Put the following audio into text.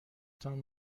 تان